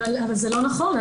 זה לא נכון.